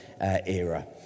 era